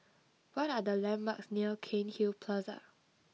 what are the landmarks near Cairnhill Plaza